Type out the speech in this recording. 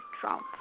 Trump